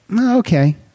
okay